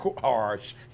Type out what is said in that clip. harsh